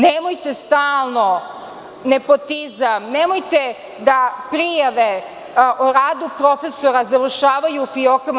Nemojte stalno – nepotizam, nemojte da prijave o radu profesora završavaju u fiokama.